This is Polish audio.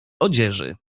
odzieży